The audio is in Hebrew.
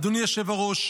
אדוני היושב-ראש,